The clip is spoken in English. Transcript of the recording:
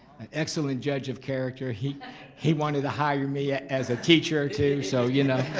an excellent judge of character. he he wanted to hire me as a teacher, too, so ya know.